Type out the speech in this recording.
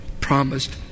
promised